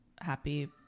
happy